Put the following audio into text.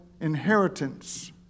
inheritance